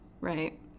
right